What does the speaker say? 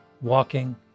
walking